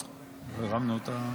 בבקשה.